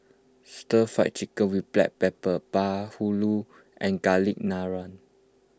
Stir Fried Chicken with Black Pepper Bahulu and Garlic Naan